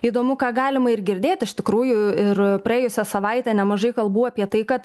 įdomu ką galima ir girdėt iš tikrųjų ir praėjusią savaitę nemažai kalbų apie tai kad